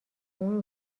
اون